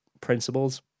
principles